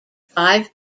five